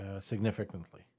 significantly